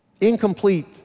incomplete